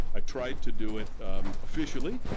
i tried to do it officially,